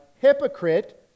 hypocrite